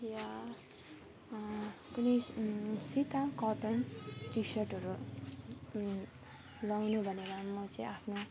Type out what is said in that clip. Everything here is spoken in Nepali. या कुनै सित कटन टि सर्टहरू लगाउनु भनेर म चाहिँ आफ्नो